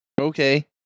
okay